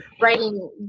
writing